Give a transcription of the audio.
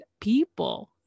people